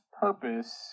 purpose